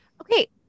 Okay